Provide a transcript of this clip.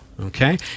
okay